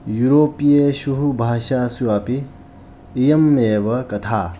युरोपीयेषु भाषासु अपि इयम् एव कथा